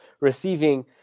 receiving